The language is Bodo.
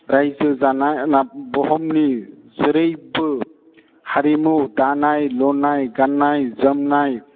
रायजो जानाय बुहुमनि जेरैबो हारिमु दानाय लुनाय गान्नाय जोमनाय